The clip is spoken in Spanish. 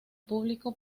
público